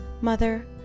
mother